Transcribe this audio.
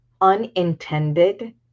unintended